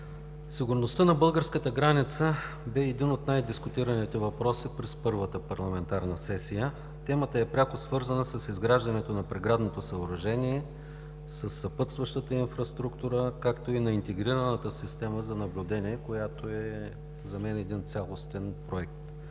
Сигурността на българската граница бе един от най-дискутираните въпроси през първата парламентарна сесия. Темата е пряко свързана с изграждането на оградното съоръжение, със съпътстващата инфраструктура, както и на интегрираната система за наблюдение, която за мен е един цялостен проект,